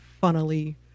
funnily